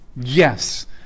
yes